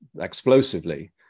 explosively